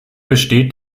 besteht